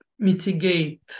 mitigate